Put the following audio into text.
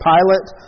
Pilate